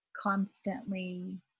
constantly